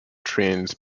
trains